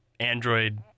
Android